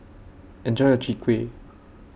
Enjoy your Chwee Kueh